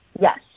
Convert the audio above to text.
Yes